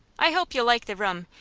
i hope you'll like the room,